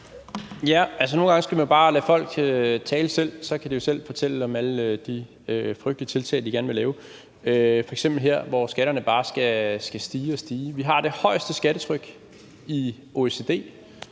Jarlov (KF): Nogle gange skal man jo bare lade folk tale selv, så kan de selv fortælle om alle de frygtelige tiltag, de gerne vil lave, f.eks. her, hvor skatterne bare skal stige og stige. Vi har det højeste skattetryk i OECD,